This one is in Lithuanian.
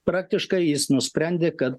praktiškai jis nusprendė kad